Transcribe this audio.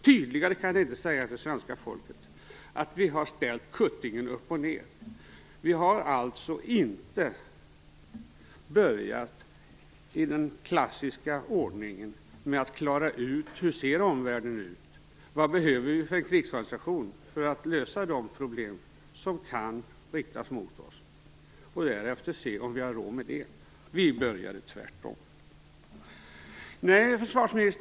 Tydligare kan det inte sägas till svenska folket, att vi har ställt kuttingen upp och ned. Vi har alltså inte börjat, i den klassiska ordningen, med att klara ut hur omvärlden ser ut och vilken krigsorganisation vi behöver för att lösa de problem som kan riktas mot oss, för att därefter se om vi har råd med det. Vi började tvärtom.